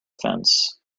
fence